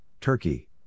Turkey